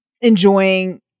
enjoying